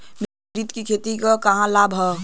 मिश्रित खेती क का लाभ ह?